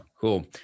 Cool